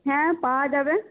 হ্যাঁ পাওয়া যাবে